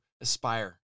aspire